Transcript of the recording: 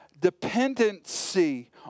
dependency